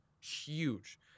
Huge